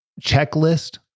checklist